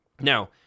Now